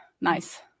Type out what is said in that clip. nice